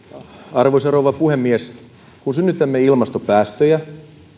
arvoisa rouva puhemies kun synnytämme ilmastopäästöjä